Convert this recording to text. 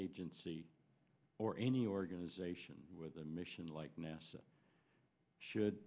agency or any organization with a mission like nasa should